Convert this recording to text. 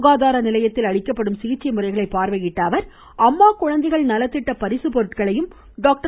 சுகாதார நிலையத்தில் அளிக்கப்படும் சிகிச்சை முறைகளை பார்வையிட்ட அவர் அம்மா குழந்தைகள் நலத்திட்ட பரிசுப்பொருட்களையும் டாக்டர்